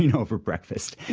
you know over breakfast.